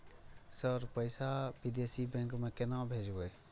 Sir पैसा विदेशी bank में केना भेजबे?